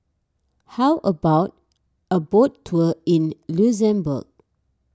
how about a boat tour in Luxembourg